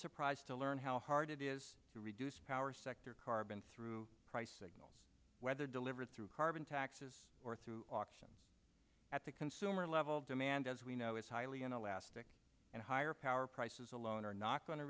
surprised to learn how hard it is to reduce power sector carbon through price signal whether delivered through carbon taxes or through auction at the consumer level demand as we know is highly an elastic and higher power prices alone are not go